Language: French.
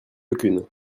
aucune